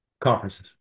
Conferences